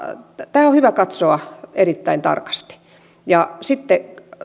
on hyvä katsoa erittäin tarkasti sitten